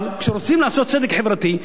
אבל כשרוצים לעשות צדק חברתי,